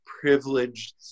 privileged